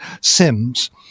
Sims